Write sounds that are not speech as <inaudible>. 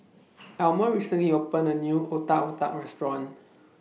<noise> Almer recently opened A New Otak Otak Restaurant <noise>